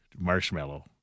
marshmallow